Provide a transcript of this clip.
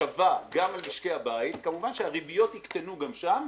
שווה גם למשקי הבית, כמובן שהריביות יקטנו גם שם,